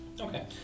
Okay